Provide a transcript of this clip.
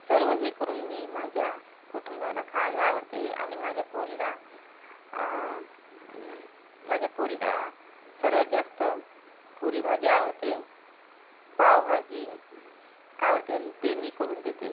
सर्व हे करून मी माझ्या कुटुंबाला खाले आवडते आणि माझ्या पोरीला माझ्या पोरीला सर्वात जास्त पुरीभाजी आवडते पावभाजी आवडतेन ते मी करून देते